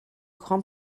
grand